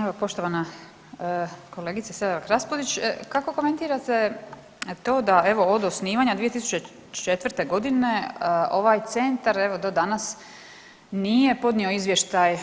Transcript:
Evo poštovana kolegice Selak Raspudić, kako komentirate to da evo od osnivanja 2004. g. ovaj centar evo do danas nije podnio izvještaj